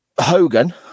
Hogan